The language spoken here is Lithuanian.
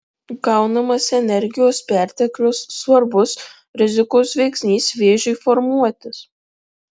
gaunamos energijos perteklius svarbus rizikos veiksnys vėžiui formuotis